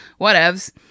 Whatevs